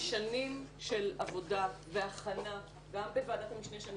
שנים של עבודה והכנה גם בוועדת המשנה שאני